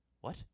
What